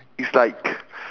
is like